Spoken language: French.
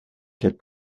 quelle